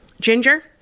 ginger